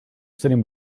sitting